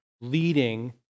leading